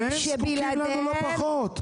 והם זקוקים לנו לא פחות.